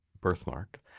Birthmark